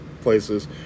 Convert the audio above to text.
places